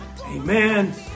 amen